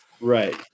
Right